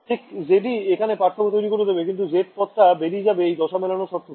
ঠিক z ই এখানে পার্থক্য তৈরি করে দেবে কিন্তু zপদ টা বেরিয়ে যাবে এই দশা মেলানো শর্ত থেকে